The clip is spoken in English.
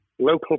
local